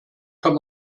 kann